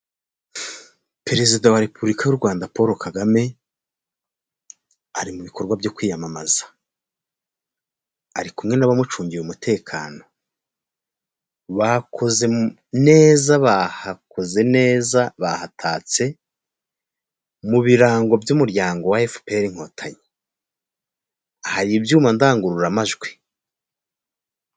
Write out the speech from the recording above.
Perezida wa repubulika y'u Rwanda Paul Kagame ari mu bikorwa byo kwiyamamaza, ari kumwe n'abamucungira umutekano. Bakoze neza, bahakoze neza bahatatse mu birango by'umuryango wa Efuperi nkotanyi hari ibyuma ndangururamajwi.